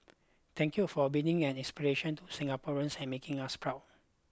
thank you for being an inspiration to Singaporeans and making us proud